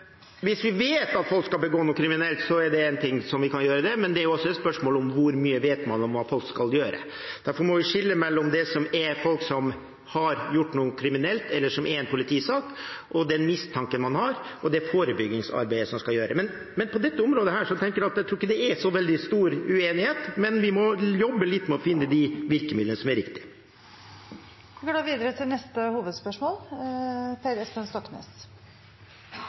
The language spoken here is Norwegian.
hvis vi vet at folk skal begå noe kriminelt, er det én ting, men spørsmålet er jo også: Hvor mye vet man om hva folk skal gjøre? Derfor må vi skille mellom det som er en politisak – folk som har gjort noe kriminelt – og den mistanken man har, og det forebyggingsarbeidet som skal gjøres. På dette området tror jeg ikke det er så veldig stor uenighet, men vi må jobbe litt med å finne de virkemidlene som er riktige. Vi går videre til neste hovedspørsmål.